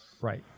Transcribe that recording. Right